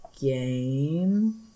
game